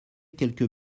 quelques